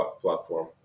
platform